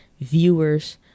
viewers